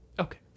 okay